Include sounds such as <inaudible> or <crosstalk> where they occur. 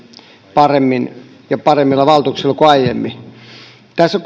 paremmin ja paremmilla valtuuksilla kuin aiemmin tässä <unintelligible>